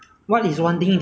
that you wish was free